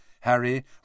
Harry